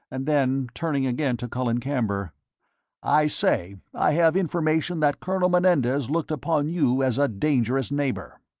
and then, turning again to colin camber i say, i have information that colonel menendez looked upon you as a dangerous neighbour.